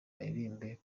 aririmbe